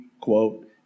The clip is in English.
quote